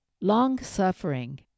long-suffering